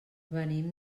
venim